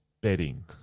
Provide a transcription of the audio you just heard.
bedding